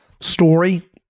story